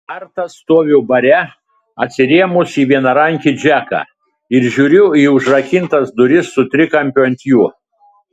kartą stoviu bare atsirėmus į vienarankį džeką ir žiūriu į užrakintas duris su trikampiu ant jų